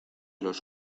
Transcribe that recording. los